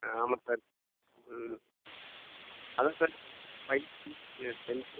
ஆ ஆமாம் சார் ம் அதுதான் சார் பையன் டென்த்து டென்த்து